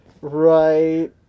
right